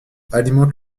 alimente